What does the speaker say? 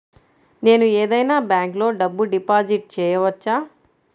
నేను ఏదైనా బ్యాంక్లో డబ్బు డిపాజిట్ చేయవచ్చా?